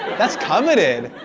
that's coveted.